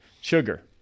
sugar